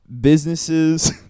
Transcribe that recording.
businesses